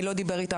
מי לא דיבר איתם,